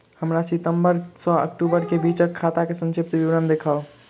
हमरा सितम्बर सँ अक्टूबर केँ बीचक खाता केँ संक्षिप्त विवरण देखाऊ?